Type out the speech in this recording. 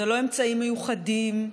זה לא אמצעים מיוחדים,